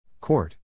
Court